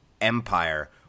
empire